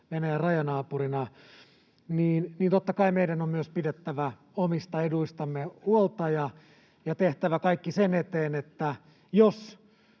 Venäjän rajanaapurina, niin totta kai meidän on myös pidettävä omista eduistamme huolta ja tehtävä kaikki sen eteen, että jos